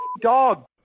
dog